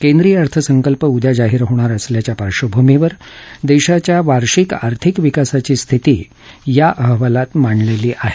केंद्रीय अर्थसंकल्प उद्या जाहीर होणार असल्याच्या पार्श्वभूमीवर देशाच्या वार्षिक आर्थिक विकासाची स्थिती या अहवालात मांडलेली आहे